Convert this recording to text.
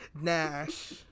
Nash